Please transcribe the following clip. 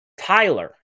Tyler